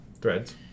Threads